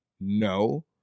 No